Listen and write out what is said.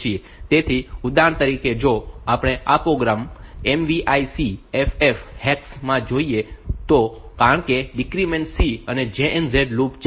તેથી ઉદાહરણ તરીકે જો આપણે આ program MVI C FF hex માં જોઈએ તો કારણ કે ડીક્રીમેન્ટ C અને JNZ લૂપ છે